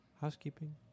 housekeeping